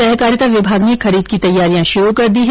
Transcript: सहकारिता विभाग ने खरीद की तैयारियां शुरू कर दी है